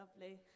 Lovely